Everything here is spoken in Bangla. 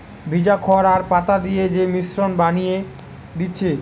ভিজা খড় আর পাতা দিয়ে যে মিশ্রণ বানিয়ে দিচ্ছে